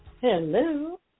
Hello